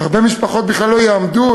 הרבה משפחות בכלל לא יעמדו,